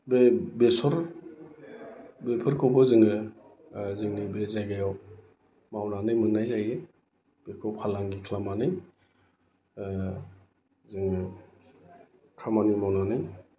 बे बेसर बेफोरखौबो जोङो जोंनि बे जायगायाव मावनानै मोननाय जायो बेफोरखौ फालांगि खालामनानै जों खामानि मावनानै मावनानै